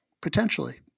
Potentially